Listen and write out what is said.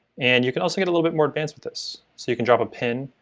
and you can also get a little bit more advanced with this. so you can drop a pin,